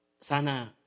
sana